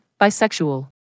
bisexual